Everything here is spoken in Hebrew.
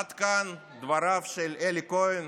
עד כאן דבריו של אלי כהן,